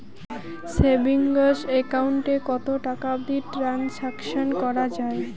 Savings account এ কতো টাকা অবধি ট্রানসাকশান করা য়ায়?